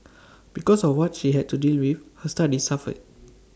because of what she had to deal with her studies suffered